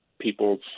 people's